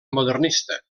modernista